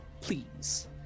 please